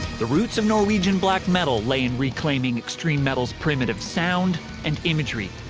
the roots of norwegian black metal lay in reclaiming extreme metal's primitive sound and imagery,